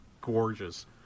gorgeous